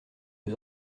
aux